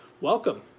Welcome